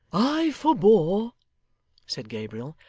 i forbore said gabriel,